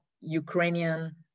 Ukrainian